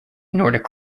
nordic